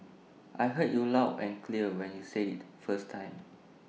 I heard you loud and clear when you said IT the first time